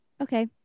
Okay